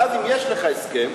ואז אם יש לך הסכם,